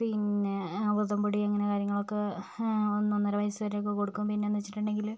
പിന്നെ അമൃതം പൊടി അങ്ങനെ കാര്യങ്ങൾ ഒക്കെ ഒന്ന് ഒന്നര വയസ്സ് വരെ ഒക്കെ കൊടുക്കും പിന്നെ എന്ന് വെച്ചിട്ടുണ്ടെങ്കിൽ